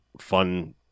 fun